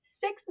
six